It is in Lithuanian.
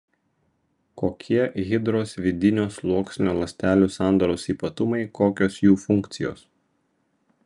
kokie hidros vidinio sluoksnio ląstelių sandaros ypatumai kokios jų funkcijos